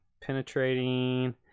penetrating